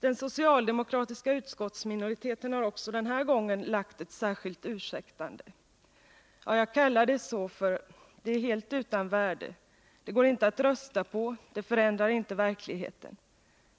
Den socialdemokratiska utskottsminoriteten har också denna gång lagt fram ett särskilt ursäktande. Ja, jag kallar det så, eftersom det är helt utan värde. Det går inte att rösta på, det förändrar inte verkligheten.